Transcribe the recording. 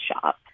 shop